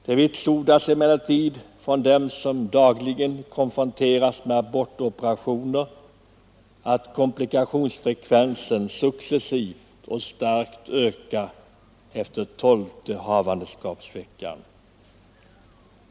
Det vitsordas emellertid från dem som dagligen konfronteras med abortoperationer att komplikationsfrekvensen successivt och starkt ökar efter tolfte havandeskapsveckan.